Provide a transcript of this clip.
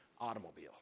automobile